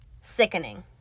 sickening